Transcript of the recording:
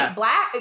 black